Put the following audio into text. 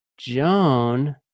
joan